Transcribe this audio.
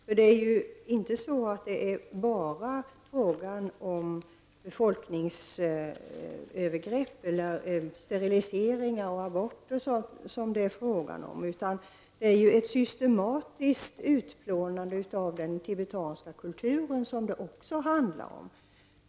Det handlar ju inte bara om befolkningsövergrepp, steriliseringar och aborter, utan det handlar även om systematiskt utplånande av den tibetanska kulturen.